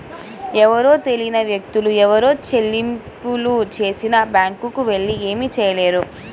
ఎవరో తెలియని వ్యక్తులు ఏవైనా చెల్లింపులు చేసినా బ్యేంకు వాళ్ళు ఏమీ చేయలేరు